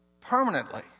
permanently